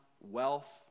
wealth